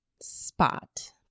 spot